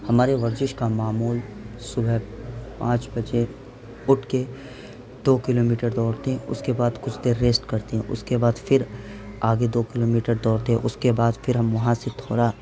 ہمارے ورزش کا معمول صبح پانچ بجے اٹھ کے دو کلو میٹر دوڑتے ہیں اس کے بعد کچھ دیر ریسٹ کرتے ہیں اس کے بعد پھر آگے دو کلو میٹر دوڑتے ہیں اس کے بعد پھر ہم وہاں سے تھوڑا